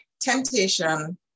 temptation